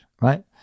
right